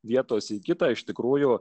vietos į kitą iš tikrųjų